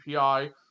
API